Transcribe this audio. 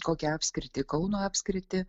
kokią apskritį kauno apskritį